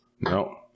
No